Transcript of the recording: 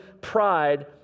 pride